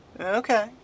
Okay